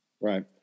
right